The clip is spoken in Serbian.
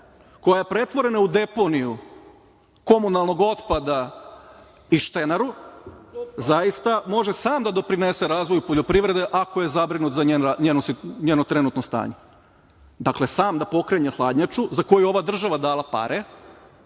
koja je pretvorena u deponiju komunalnog otpada i štenaru zaista može sam da doprinese razvoju poljoprivrede ako je zabrinut za njeno trenutno stanje. Dakle, sam da pokrene hladnjaču za koju je ova država dala pare,